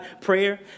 prayer